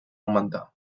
augmentar